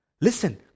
listen